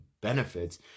benefits